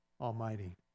Almighty